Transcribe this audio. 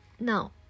Now